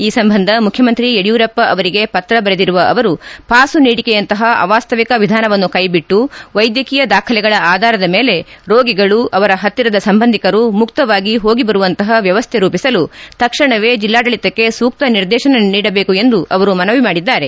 ಈ ಸಂಬಂಧ ಮುಖ್ಯಮಂತ್ರಿ ಯಡಿಯೂರಪ್ಪ ಅವರಿಗೆ ಪತ್ರ ಬರೆದಿರುವ ಅವರು ಪಾಸು ನೀಡಿಕೆಯಂತಹ ಅವಾಶ್ವವಿಕ ವಿಧಾನವನ್ನು ಕೈಬಿಟ್ಟು ವೈದ್ಯಕೀಯ ದಾಖಲೆಗಳ ಆಧಾರದ ಮೇಲೆ ರೋಗಿಗಳು ಅವರ ಪತ್ತಿರದ ಸಂಬಂಧಿಕರು ಮುಕ್ತವಾಗಿ ಹೋಗಿಬರುವಂತಹ ವ್ಯವಸ್ಥೆ ರೂಪಿಸಲು ತಕ್ಷಣವೇ ಜಿಲ್ಲಾಡಳಿತಕ್ಕೆ ಸೂಕ್ತ ನಿರ್ದೇಶನ ನೀಡಬೇಕು ಎಂದು ಅವರು ಮನವಿ ಮಾಡಿದ್ದಾರೆ